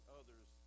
others